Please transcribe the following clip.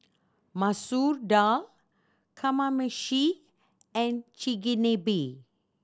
Masoor Dal Kamameshi and Chigenabe